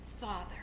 Father